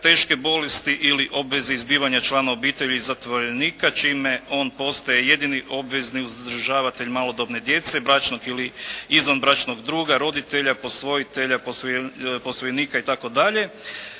teške bolesti ili obveze izbivanja člana obitelji zatvorenika čime on postaje jedini obvezni uzdržavatelj malodobne djece bračnog ili izvanbračnog druga, roditelja, posvojitelja, posvojenika itd.,